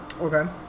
Okay